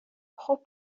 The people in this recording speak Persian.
خوب